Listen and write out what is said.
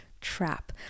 trap